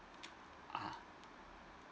uh